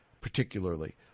particularly